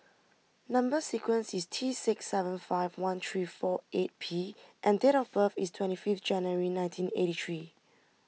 Number Sequence is T six seven five one three four eight P and date of birth is twenty fifth January nineteen eighty three